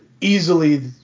easily